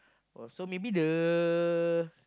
oh so maybe the